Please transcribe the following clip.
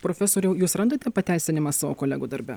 profesoriau jūs randate pateisinimą savo kolegų darbe